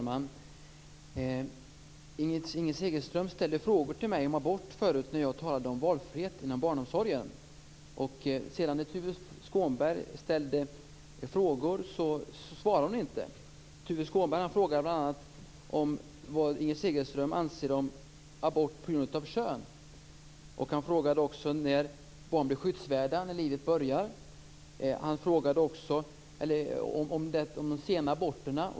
Fru talman! Inger Segelström ställde frågor till mig om abort förut när jag talade om valfriheten inom barnomsorgen. När Tuve Skånberg ställde frågor svarade hon inte. Tuve Skånberg frågade bl.a. vad Inger Segelström anser om abort på grund av kön. Han frågade också när barn blir skyddsvärda, när livet börjar. Han frågade vidare om de sena aborterna.